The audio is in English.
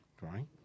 right